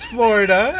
Florida